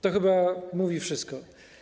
To chyba mówi wszystko.